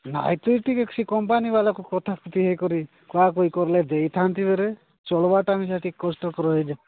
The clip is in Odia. ନାଇ ତି ଟିକେ ସେ କମ୍ପାନୀ ବାଲାକୁ କଥା କଥି କରି କୁହା କୁହି କଲେ ଦେଇଥାନ୍ତି ଭେରେ ଚଳିବାଟା ନିହାତି କଷ୍ଟକର ହୋଇ ଯିବ